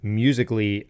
musically